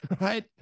right